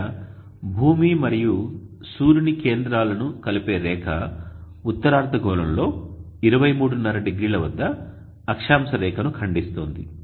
ఇక్కడ భూమి మరియు సూర్యుని కేంద్రాలను కలిపే రేఖ ఉత్తర అర్ధగోళంలో 23½0 వద్ద అక్షాంశ రేఖను ఖండిస్తోంది